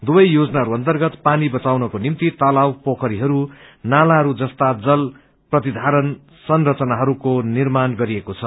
दुवै योजनाहरू अन्तर्गत पानी बचाउनको निम्ति तलाब पोखरीहरू नालाहरू जस्ता जल प्रतिधारण संरचनाहरूको निर्माण गरिएको छ